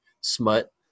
smut